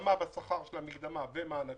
השלמה בשכר של המקדמה ומענקים,